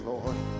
Lord